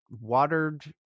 watered